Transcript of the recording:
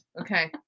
Okay